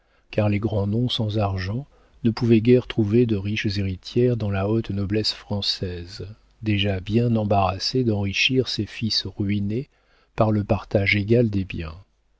car les grands noms sans argent ne pouvaient guère trouver de riches héritières dans la haute noblesse française déjà bien embarrassée d'enrichir ses fils ruinés par le partage égal des biens